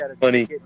funny